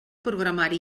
programari